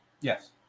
Yes